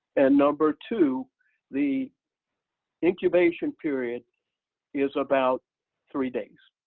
and number two the incubation period is about three days,